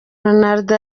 ronaldo